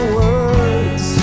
words